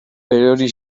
erori